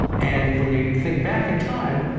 and when you think back in time,